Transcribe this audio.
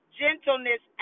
gentleness